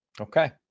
Okay